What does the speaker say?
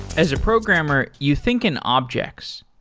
as a programmer, you think an object.